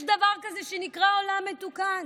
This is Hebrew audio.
יש דבר כזה שנקרא עולם מתוקן,